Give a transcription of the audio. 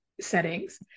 settings